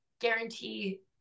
guarantee